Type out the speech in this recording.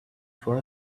for